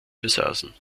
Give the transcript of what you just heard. besaßen